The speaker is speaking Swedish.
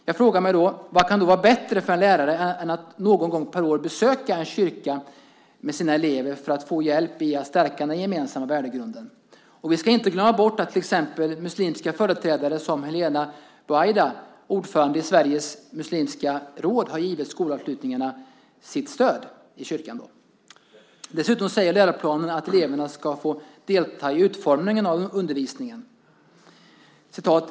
Jag frågar mig: Vad kan då vara bättre för en lärare än att någon gång per år besöka en kyrka med sina elever för att få hjälp med att stärka den gemensamma värdegrunden? Vi ska inte glömma bort att till exempel muslimska företrädare, som Helena Benaouda, ordförande i Sveriges muslimska råd, har givit skolavslutningarna i kyrkan sitt stöd. Dessutom säger läroplanen att eleverna ska få delta i utformningen av undervisningen.